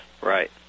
Right